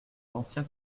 l’ancien